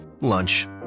lunch